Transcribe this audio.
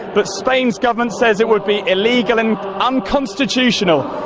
but spain's government says it would be illegal and unconstitutional.